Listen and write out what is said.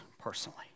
personally